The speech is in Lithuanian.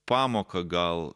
pamoką gal